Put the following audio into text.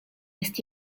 jest